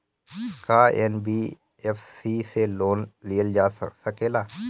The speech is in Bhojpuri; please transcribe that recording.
का एन.बी.एफ.सी से लोन लियल जा सकेला?